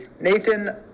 Nathan